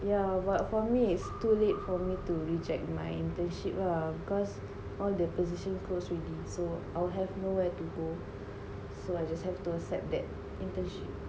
yeah but for me it's too late for me to reject my internship lah because all the position close already so I'll have nowhere to go so I'll just have to accept that internship